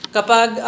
Kapag